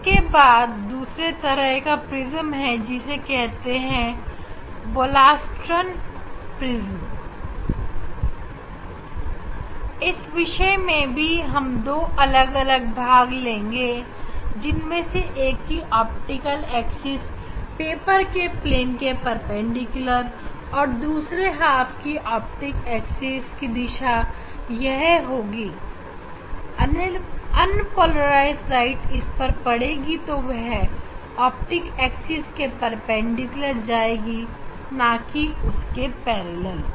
इसके बाद दूसरे तरह का प्रिज्म है जिसे कहते हैं बोलासटर्न प्रिज्म इस विषय में भी हम दो अलग अलग भाग लेंगे जिन में से एक की ऑप्टिक एक्सिस पेपर के प्लेन के परपेंडिकुलर और दूसरे हाफ की ऑप्टिक एक्सिस की दिशा यह होगी अन्पोलराइज लाइट इस पर पड़ेगी तो वह ऑप्टिक एक्सिस के परपेंडिकुलर जाएगी ना कि उसके पैरेलल